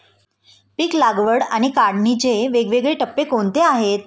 पीक लागवड आणि काढणीचे वेगवेगळे टप्पे कोणते आहेत?